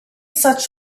such